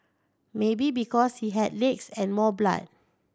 maybe because it had legs and more blood